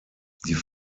die